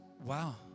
wow